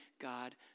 God